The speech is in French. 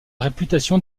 réputation